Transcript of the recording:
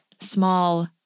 small